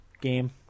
game